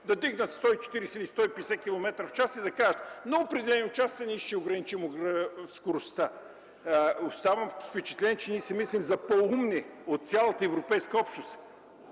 да вдигнат 140-150 км в час? Да кажат: „на определени отсечки ще ограничим скоростта”. Оставам с впечатление, че ние се мислим за по-умни от цялата Европейска общност?!